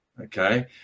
Okay